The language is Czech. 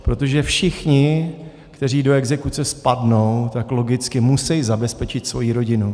Protože všichni, kteří do exekuce spadnou, tak logicky musí zabezpečit svoji rodinu.